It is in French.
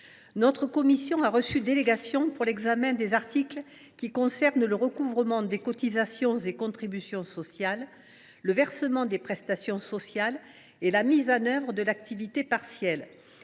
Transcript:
Notre commission s’est vu déléguer au fond l’examen des articles qui concernent le recouvrement des cotisations et des contributions sociales, le versement des prestations sociales et la mise en œuvre du mécanisme d’activité partielle.